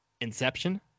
Inception